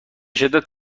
شدت